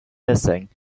missing